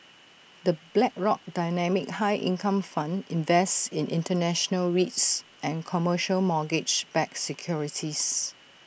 the Blackrock dynamic high income fund invests in International REITs and commercial mortgage backed securities